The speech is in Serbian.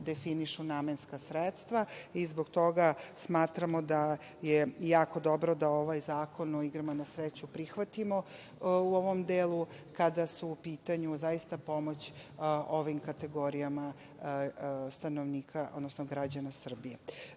definišu namenska sredstva. Zbog toga smatramo da je jako dobro da ovaj zakon o igrama na sreću prihvatimo u ovom delu kada su u pitanju pomoć ovim kategorijama stanovnika, odnosno građana Srbije. Na